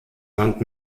land